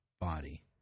body